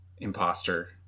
imposter